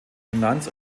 finanz